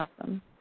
Awesome